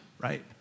right